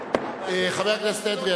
חבר הכנסת אדרי,